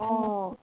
অঁ